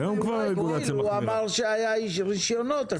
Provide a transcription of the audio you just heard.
הוא אמר שהיו רישיונות.